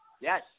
Yes